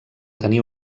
tenir